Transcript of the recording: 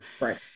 Right